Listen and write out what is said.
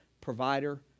provider